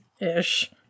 Ish